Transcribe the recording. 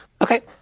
Okay